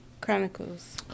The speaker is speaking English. Chronicles